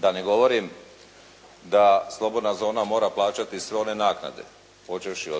Da ne govorim da slobodna zona mora plaćati sve one naknade počevši,